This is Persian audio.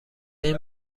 این